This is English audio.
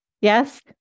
Yes